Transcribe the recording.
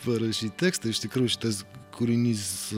parašyt tekstą iš tikrųjų šitas kūrinys